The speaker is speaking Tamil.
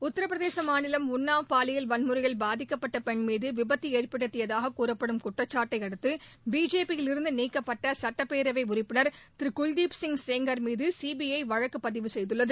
உத்திபிரதேச மாநிலம் உள்ளாவ் பாலியல் வன்முறையில் பாதிக்கப்பட்ட பெண் மீது விபத்து ஏற்படுத்தியதாகக் கூறப்படும் குற்றச்சாட்டை அடுத்து பிஜேபி யிலிருந்து நீக்கப்பட்ட சட்டப்பேரவை உறுப்பினர் திரு குல்தீப்சிங் செங்கார் மீது சிபிஐ வழக்கு பதிவு செய்துள்ளது